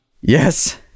Yes